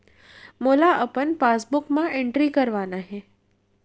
मोला अपन पासबुक म एंट्री करवाना हे?